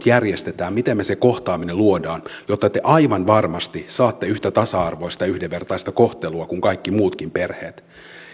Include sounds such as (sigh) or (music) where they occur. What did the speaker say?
(unintelligible) järjestämme miten me sen kohtaamisen luomme jotta te aivan varmasti saatte yhtä tasa arvoista ja yhdenvertaista kohtelua kuin kaikki muutkin perheet